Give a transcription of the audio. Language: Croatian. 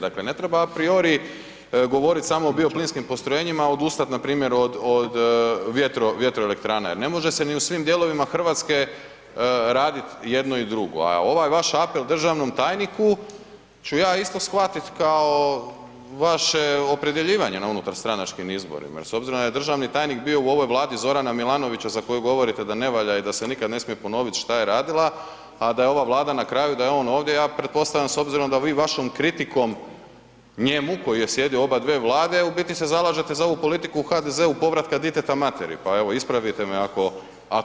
Dakle ne treba apriori govorit samo o bioplinskim postrojenjima a odustat npr. od vjetroelektrane jer ne može se ni u svim dijelovima Hrvatske radit jedno i druge a ovaj vaš apel državnom tajniku ću ja isto shvatiti kao vaše opredjeljivanje na unutarstranačkim izborima s obzirom da je državni tajnik bio u ovoj Vladi Z. Milanovića za koju govorite da ne valja i da se nikad ne smije ponovit šta je radila, a da je ova Vlada na kraju, da je on ovdje, ja pretpostavljam s obzirom da vi vašom kritikom njemu koji je sjedio u oba dvije Vlade, u biti se zalažete za ovu politiku HDZ-a povratka diteta materi pa evo, ispravite me ako griješim.